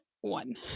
one